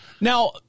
Now